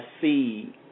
see